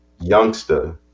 youngster